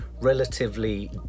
relatively